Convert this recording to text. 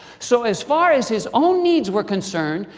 so, as far as his own needs were concerned,